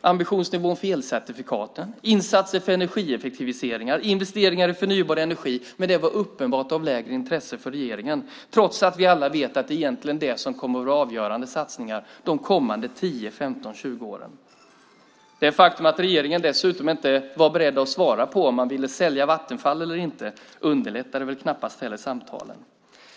ambitionsnivån för elcertifikaten, insatser för energieffektiviseringar, investeringar i förnybar energi. Men det var uppenbart av lägre intresse för regeringen, trots att vi alla vet att det egentligen är det som kommer att vara avgörande satsningar de kommande 10-20 åren. Det faktum att regeringen dessutom inte var beredd att svara på om man ville sälja Vattenfall eller inte underlättade knappast samtalen.